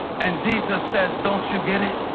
and jesus says, don't you get it?